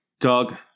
Doug –